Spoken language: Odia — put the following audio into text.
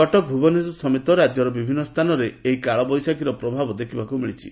କଟକ ଭୁବନେଶ୍ୱର ସମେତ ରାକ୍ୟର ବିଭିନ୍ ସ୍କାନରେ ଏହି କାଳବେଶାଖୀର ପ୍ରଭାବ ଦେଖବାକୁ ମିଳିଛି